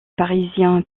parisiens